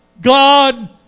God